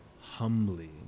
humbly